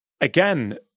again